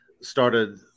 started